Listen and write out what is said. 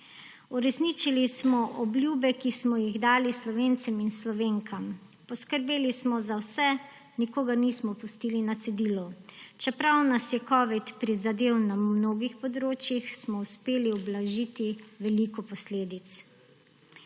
Uresničili smo obljube, ki smo jih dali Slovencem in Slovenkam. Poskrbeli smo za vse, nikogar nismo pustili na cedilu. Čeprav nas je covid prizadel na mnogo področjih, smo uspeli ublažiti veliko posledic.